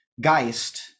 Geist